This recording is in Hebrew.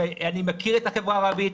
שאני מכיר את החברה הערבית,